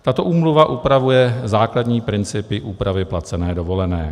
Tato úmluva upravuje základní principy úpravy placené dovolené.